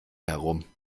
herum